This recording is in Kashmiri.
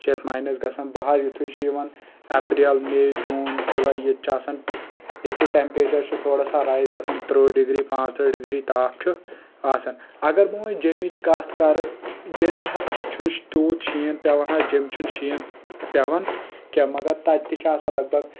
چُھ یتھ ماینس گژھان بہار یُتھُے چُھ یِوان اپریل مے جوٗن جولاے ییٚتہِ چُھ ٹیٚپریچر چُھ تھوڑا سا رایِز گژھان ترٕہ ڈِگری پانٛژترٕہ ڈِگری تاپھ چھ آسان اگر بہٕ وۄنۍ جعمِچ کتھ کرٕ جعمہِ حظ چھنہٕ تیوٗت شیٖن جعمہٕ چُھنہٕ شیٖن پیٚوان کیٚنٛہہ مگر تَتہِ چھِ آسان لگ بگ